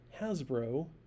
hasbro